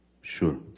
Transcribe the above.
sure